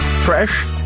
fresh